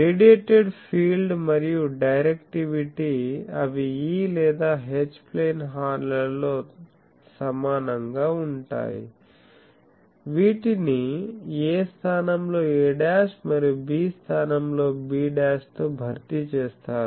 radiated field మరియు directivity అవి E లేదా H ప్లేన్ హార్న్ లతో సమానంగా ఉంటాయి వీటిని a స్థానంలో a మరియు b స్థానంలో b తో భర్తీ చేస్తారు